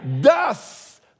thus